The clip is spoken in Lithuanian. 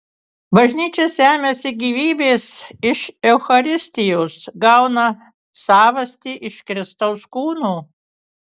bažnyčia semiasi gyvybės iš eucharistijos gauną savastį iš kristaus kūno